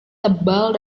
tebal